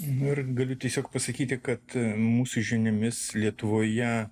nu ir galiu tiesiog pasakyti kad mūsų žiniomis lietuvoje